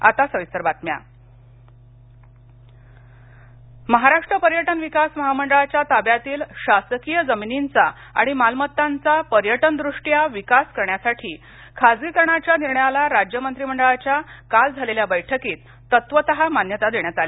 मंत्रिमंडळ निर्णय महाराष्ट्र पर्यटन विकास महामंडळाच्या ताब्यातील शासकीय जमिनींचा आणि मालमत्तांचा पर्यटनदृष्टया विकास करण्यासाठी खाजगीकरणाच्या निर्णयाला राज्य मंत्रिमंडळाच्या काल झालेल्या बैठकीत तत्वतः मान्यता देण्यात आली